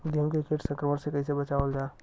गेहूँ के कीट संक्रमण से कइसे बचावल जा?